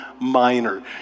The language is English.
minor